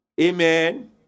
Amen